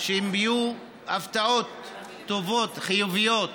שאם יהיו הפתעות טובות, חיוביות,